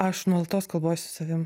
aš nuolatos kalbuosi savim